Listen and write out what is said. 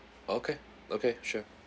okay okay sure